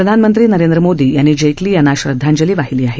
प्रधानमंत्री नरेंद्र मोदी यांनी जेटली यांना श्रदघांजली वाहिली आहे